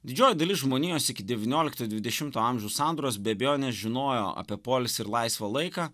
didžioji dalis žmonijos iki devyniolikto dvidešimto amžiaus sandūros be abejonės žinojo apie poilsį ir laisvą laiką